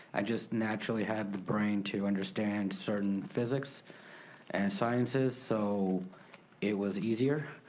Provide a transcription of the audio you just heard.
i just naturally had the brain to understand certain physics and sciences, so it was easier.